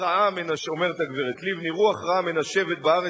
אומרת הגברת לבני: רוח רעה מנשבת בארץ,